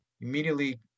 immediately